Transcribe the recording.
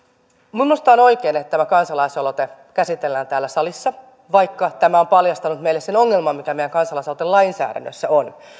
minusta on oikein että tämä kansalaisaloite käsitellään täällä salissa vaikka tämä on paljastanut meille sen ongelman mikä meidän kansalaisaloitelainsäädännössä on